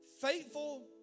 faithful